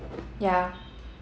ya